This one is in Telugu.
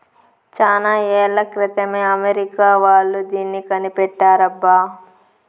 చానా ఏళ్ల క్రితమే అమెరికా వాళ్ళు దీన్ని కనిపెట్టారబ్బా